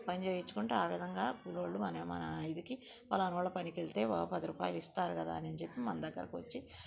పనిచేయిచ్చుకుంటే విధంగా కూలోలు మన మన ఇదికి పాలనోళ్ల పనికెళ్తే వా పది రూపాయలు ఇస్తారు కదా అనని చెప్పి మన దగ్గరికి వచ్చి